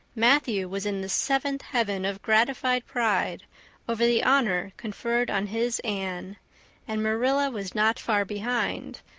matthew was in the seventh heaven of gratified pride over the honor conferred on his anne and marilla was not far behind,